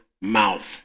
mouth